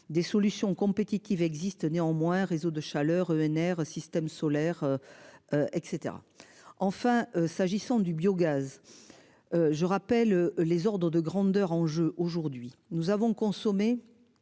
des solutions compétitives existe néanmoins réseaux de chaleur ENR système solaire. Et caetera. Enfin, s'agissant du biogaz. Je rappelle les ordres de grandeur en jeu aujourd'hui, nous avons consommé.